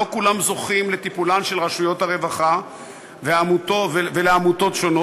לא כולם זוכים לטיפולן של רשויות הרווחה והעמותות השונות,